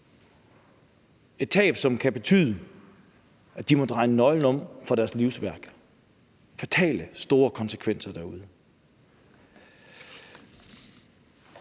et tab, som kan betyde, at de må dreje nøglen om på deres livsværk. Der er fatale, store konsekvenser derude,